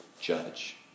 judge